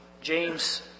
James